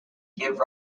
give